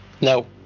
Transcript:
no